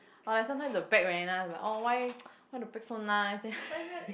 or like sometimes the bag very nice oh why why the bag so nice